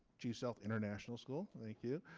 chief sealth international school. thank you.